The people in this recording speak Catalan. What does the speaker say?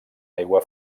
aigua